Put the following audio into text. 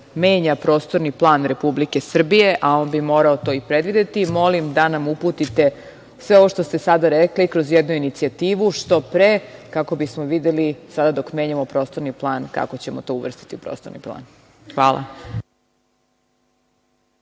menja prostorni plan Republike Srbije, a on bi morao to i predvideti, molim da nam uputite sve ovo što ste sada rekli kroz jednu inicijativu, što pre, kako bismo videli sada dok menjamo prostorni plan kako ćemo to uvrstiti u prostorni plan. Hvala.